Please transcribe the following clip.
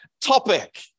topic